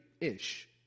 ish